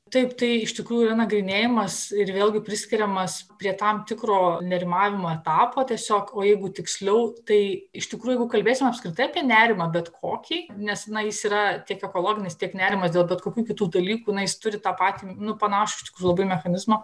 taip tai iš tikrųjų yra nagrinėjamas ir vėlgi priskiriamas prie tam tikro nerimavimo etapo tiesiog o jeigu tiksliau tai iš tikrųjų jeigu kalbėsim apskritai apie nerimą bet kokį nes na jis yra tiek ekologinis tiek nerimas dėl bet kokių kitų dalykų na jis turi tą patį nu panašų iš tikrųjų labai mechanizmą